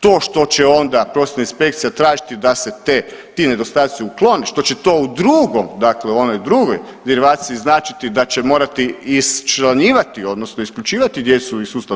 To što će onda Prosvjetna inspekcija tražiti da se ti nedostaci uklone, što će to u drugom, dakle u onoj drugoj derivaciji značiti da će morati iščlanjivati, odnosno isključivati djecu iz sustava.